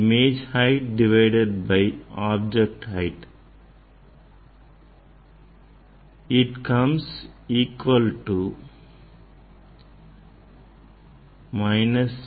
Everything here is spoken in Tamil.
அதாவது v ஐ uஆல் வகுக்க கிடைப்பதாகும்